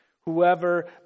Whoever